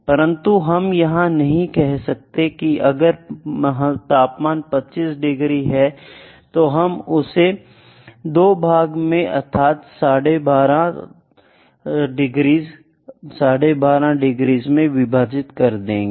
परंतु हम यह नहीं कह सकते कि अगर तापमान 25 डिग्री है तो हम उसे दो भागों में अर्थात 125 डिग्रीस और 125 डिग्री में विभाजित कर देंगे